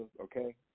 okay